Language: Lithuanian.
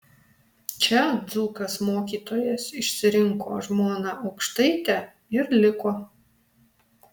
čia dzūkas mokytojas išsirinko žmoną aukštaitę ir liko